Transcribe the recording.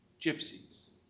gypsies